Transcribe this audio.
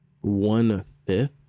one-fifth